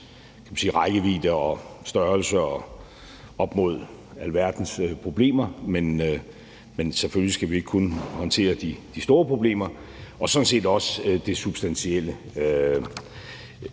rækkevidde og størrelse holdt op mod alverdens problemer, men at vi selvfølgelig ikke kun skal håndtere de store problemer, og også det substantielle.